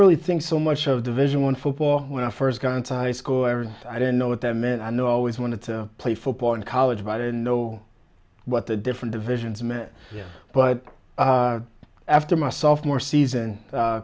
really think so much of division one football when i first got into high school ever i don't know what that meant i know always wanted to play football in college by didn't know what the different divisions meant but after my sophomore season